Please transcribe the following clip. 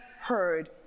heard